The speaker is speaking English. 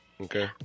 Okay